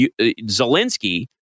Zelensky